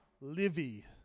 Livy